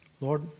Lord